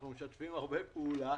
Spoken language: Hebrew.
אנחנו משתפים הרבה פעולה,